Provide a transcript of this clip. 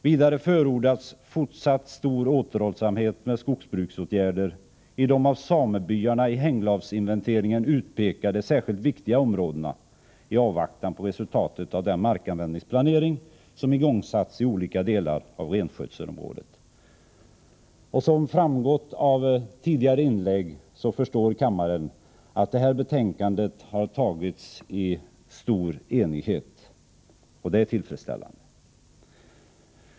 Vidare förordas fortsatt stor återhållsamhet med skogsbruksåtgärder i de av samebyarna i hänglavsinventeringen utpekade särskilt viktiga områdena i avvaktan på resultatet av den markanvändningsplanering som igångsatts i olika delar av renskötselområdet. Som framgått av tidigare inlägg har det här betänkandet tagits i stor enighet, och det är tillfredsställande.